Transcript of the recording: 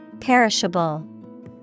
Perishable